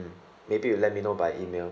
maybe you let me know by email